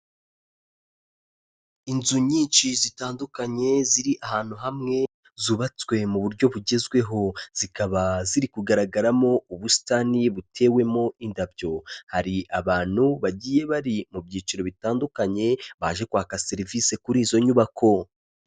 Inzu nyinshi zitandukanye ziri ahantu hamwe zubatswe mu buryo bugezweho. Zikaba zirikugaragaramo ubusitani butewemo indabyo. Hari abantu bagiye bari mu byiciro bitandukanye baje kwaka serivisi kuri izo nyubako.